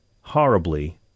horribly